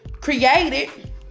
created